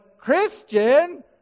Christian